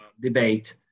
debate